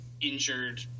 injured